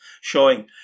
showing